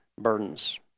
burdens